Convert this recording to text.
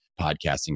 podcasting